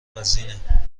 وزینه